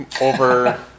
over